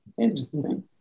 Interesting